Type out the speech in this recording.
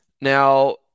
Now